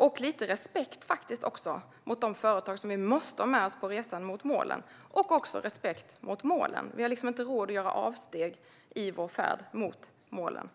Vi efterfrågar också lite respekt för de företag som vi måste ha med oss på resan mot målen samt respekt för målen. Vi har inte råd att göra avsteg i vår färd mot målen.